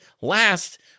last